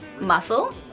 Muscle